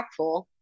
impactful